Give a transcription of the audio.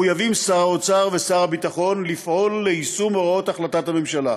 מחויבים שר האוצר ושר הביטחון לפעול ליישום הוראות החלטת הממשלה,